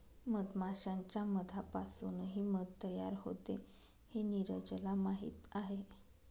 मधमाश्यांच्या मधापासूनही मध तयार होते हे नीरजला माहीत आहे